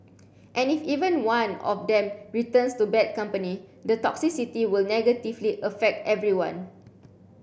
and if even one of them returns to bad company the toxicity will negatively affect everyone